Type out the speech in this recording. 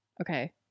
Okay